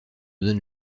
donne